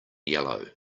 yellow